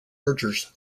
mergers